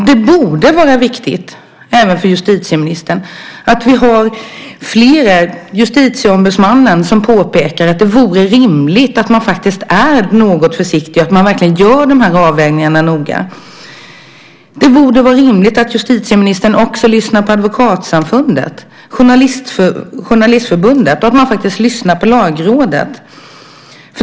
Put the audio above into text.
Det borde vara viktigt även för justitieministern att Justitieombudsmannen påpekar att det vore rimligt att man är något försiktig och att man verkligen gör de här avvägningarna noga. Det borde vara rimligt att justitieministern också lyssnade på Advokatsamfundet, Journalistförbundet och Lagrådet.